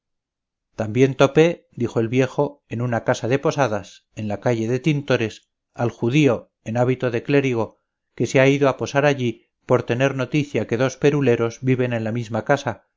también topé dijo el viejo en una casa de posadas en la calle de tintores al judío en hábito de clérigo que se ha ido a posar allí por tener noticia que dos peruleros viven en la misma casa